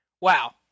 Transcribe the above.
wow